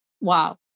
wow